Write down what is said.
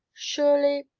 surely,